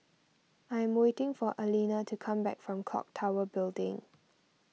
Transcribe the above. I am waiting for Alina to come back from Clock Tower Building